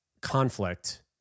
conflict